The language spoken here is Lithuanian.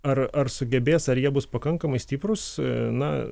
ar ar sugebės ar jie bus pakankamai stiprūs na